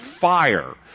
fire